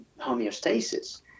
homeostasis